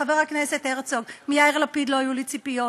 חבר הכנסת הרצוג: מיאיר לפיד לא היו לי ציפיות,